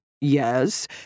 yes